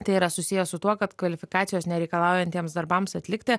tai yra susiję su tuo kad kvalifikacijos nereikalaujantiems darbams atlikti